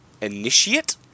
initiate